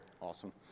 awesome